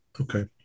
Okay